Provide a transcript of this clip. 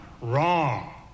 Wrong